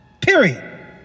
Period